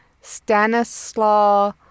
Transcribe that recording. Stanislaw